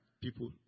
people